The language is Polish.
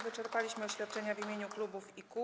Wyczerpaliśmy oświadczenia w imieniu klubów i koła.